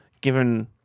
given